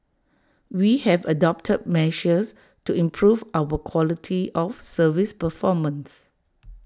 we have adopted measures to improve our quality of service performance